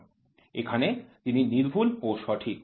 এখানে তিনি সূক্ষ্ম ও সঠিক